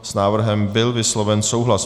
S návrhem byl vysloven souhlas.